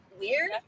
weird